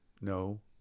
No